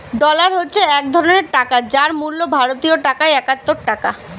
dollar হচ্ছে এক ধরণের টাকা যার মূল্য ভারতীয় টাকায় একাত্তর টাকা